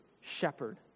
shepherd